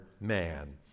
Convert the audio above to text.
man